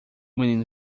menino